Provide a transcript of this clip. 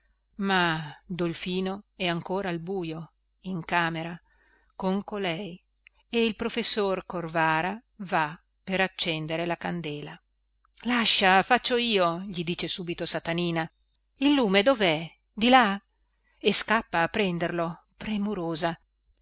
ma dolfino è ancora al buio in camera con colei e il professore corvara va per accendere la candela lascia faccio io gli dice subito satanina il lume dovè di là e scappa a prenderlo premurosa